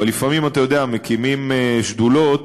אבל לפעמים, אתה יודע, מקימים שדולות